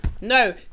No